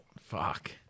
Fuck